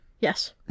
Yes